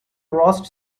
roast